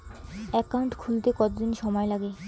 Account খুলতে কতদিন সময় লাগে?